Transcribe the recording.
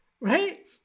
right